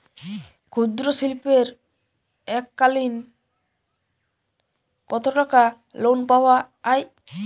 ক্ষুদ্রশিল্পের এককালিন কতটাকা লোন পাওয়া য়ায়?